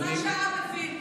מזל שהעם הבין.